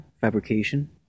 fabrication